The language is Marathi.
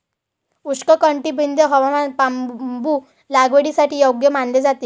उष्णकटिबंधीय हवामान बांबू लागवडीसाठी योग्य मानले जाते